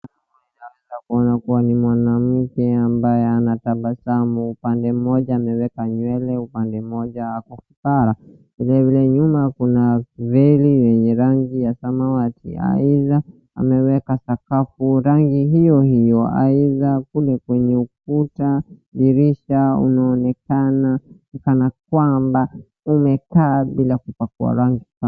Tunaweza kuona kuwa ni mwanamke ambaye anatabasamu, upande mmoja ameweka nywele upande mmoja ako fukara. Vilevile nyuma kuna veli yenye rangi ya samawati aidha ameweka sakafu rangi hiyo hiyo aidha kule kwenye ukuta dirisha unaonekana kana kwamba umekaa bila kupakwa rangi.